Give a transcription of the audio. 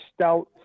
stout